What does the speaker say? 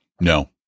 No